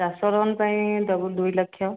ଚାଷ ଲୋନ୍ ପାଇଁ ଦେବୁ ଦୁଇ ଲକ୍ଷ